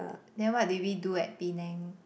then what did we do at Penang